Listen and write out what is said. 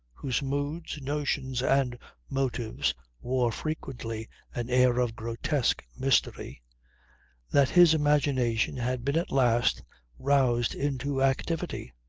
whose moods, notions and motives wore frequently an air of grotesque mystery that his imagination had been at last roused into activity.